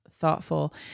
thoughtful